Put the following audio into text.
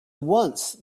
once